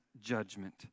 judgment